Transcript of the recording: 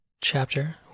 chapter